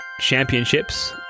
championships